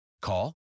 Call